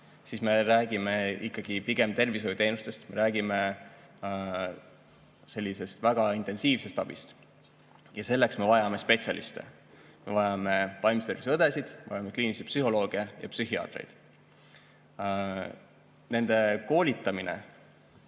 siis me räägime ikkagi pigem tervishoiuteenustest. Me räägime sellisest väga intensiivsest abist ja selleks me vajame spetsialiste. Me vajame vaimse tervise õdesid, me vajame kliinilisi psühholooge ja psühhiaatreid. Nende koolitamine